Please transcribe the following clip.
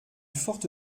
forte